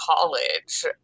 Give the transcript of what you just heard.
college